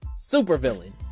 supervillain